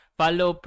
follow